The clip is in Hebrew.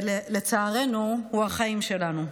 ולצערנו, הוא החיים שלנו.